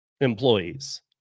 employees